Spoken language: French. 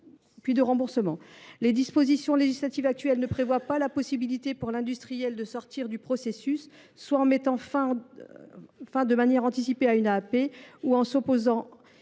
des délais contraints. Les dispositions législatives actuelles ne prévoient pas la possibilité pour l’industriel de sortir du processus, soit en mettant fin de manière anticipée à une AAP, soit en s’opposant